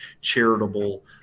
charitable